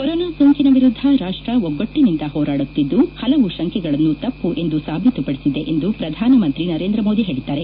corona ಸೋಂಕಿನ ವಿರುದ್ದ ರಾಷ್ಟ್ರ ಒಗ್ಗಟ್ಟಿನಿಂದ ಹೋರಾಡುತ್ತಿದ್ದು ಹಲವು ಶಂಕೆಗಳನ್ನು ತಪ್ಪು ಎಂದು ಸಾಬೀತುಪಡಿಸಿದೆ ಎಂದು ಪ್ರಧಾನಮಂತ್ರಿ ನರೇಂದ್ರ ಮೋದಿ ಹೇಳಿದ್ದಾರೆ